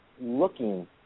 looking